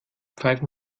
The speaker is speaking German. pfeifen